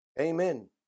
Amen